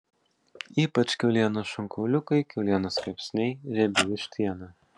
ypač kiaulienos šonkauliukai kiaulienos kepsniai riebi vištiena